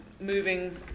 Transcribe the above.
moving